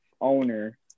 owner